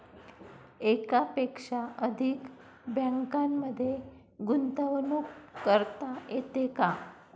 एकापेक्षा अधिक बँकांमध्ये गुंतवणूक करता येते का?